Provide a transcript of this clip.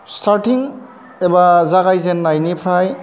स्टारथिं एबा जागायजेननाय निफ्राय